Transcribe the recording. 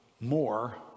more